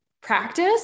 practice